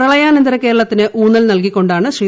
പ്രളയാന ന്തര കേരളത്തിന് ഊന്നൽ ന്ൽകികൊണ്ടാണ് ശ്രീ